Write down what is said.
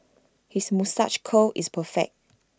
his moustache curl is perfect